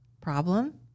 Problem